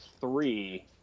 three